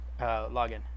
login